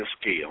scale